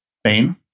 Spain